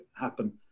happen